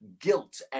guilt